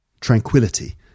Tranquility